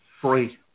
free